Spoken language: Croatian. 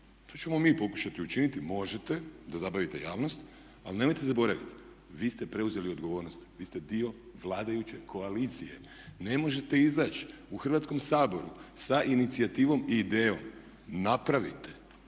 To ćemo mi pokušati učiniti, možete da zabavite javnost, ali nemojte zaboraviti vi ste preuzeli odgovorno, vi ste dio vladajuće koalicije. Ne možete izaći u Hrvatskome saboru sa inicijativom i idejom, napravite.